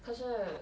可是